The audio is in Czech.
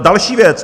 Další věc.